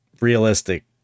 realistic